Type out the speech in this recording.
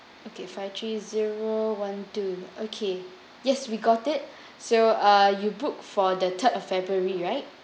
okay five three zero one two okay yes we got it so uh you book for the third of february right